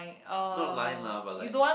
not lying lah but like